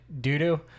doo-doo